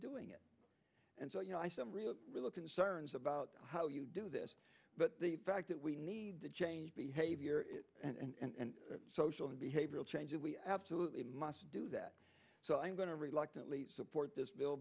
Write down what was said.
doing it and so you know i some real real concern about how you do this but the fact that we need to change behavior and social and behavioral changes we absolutely must do that so i'm going to reluctant leap support this bill